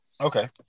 Okay